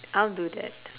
I'll do that